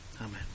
Amen